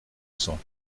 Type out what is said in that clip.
cents